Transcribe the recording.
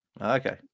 Okay